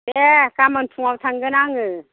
दे गाबोन फुङाव थांगोन आङो